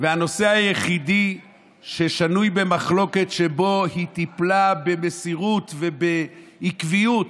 והנושא היחידי ששנוי במחלוקת שבו היא טיפלה במסירות ובעקביות,